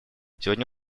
сегодня